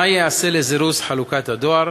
1. מה ייעשה לזירוז חלוקת הדואר?